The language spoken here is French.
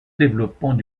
développement